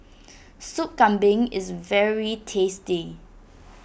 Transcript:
Soup Kambing is very tasty